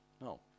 No